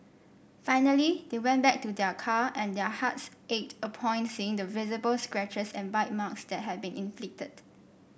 finally they went back to their car and their hearts ached upon seeing the visible scratches and bite marks that had been inflicted